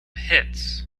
hits